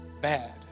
bad